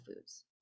foods